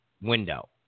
window